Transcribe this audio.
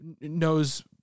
knows